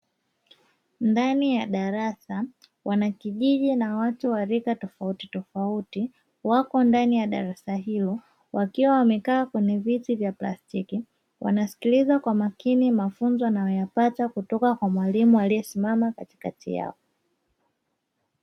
Ndani ya darasa, wanakijiji na watu wa rika tofautitofauti, wako ndani ya darasa hilo wakiwa wamekaa kwenye viti vya plastiki, wanasikiliza kwa makini mafunzo wanayoyapata kutoka kwa mwalimu aliyesimama katikati yao.